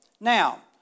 Now